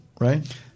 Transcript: right